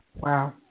Wow